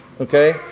Okay